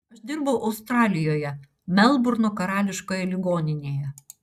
aš dirbau australijoje melburno karališkoje ligoninėje